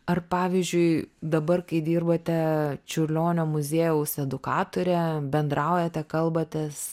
ar pavyzdžiui dabar kai dirbate čiurlionio muziejaus edukatore bendraujate kalbatės